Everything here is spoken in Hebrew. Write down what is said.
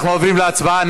אנחנו עוברים להצבעה.